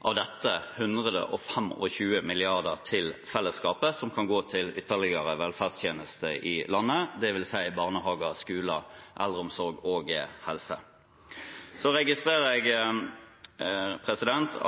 av dette 125 mrd. kr til fellesskapet, som kan gå til ytterligere velferdstjenester i landet, dvs. barnehager, skoler, eldreomsorg og helse. Jeg registrerer